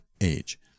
age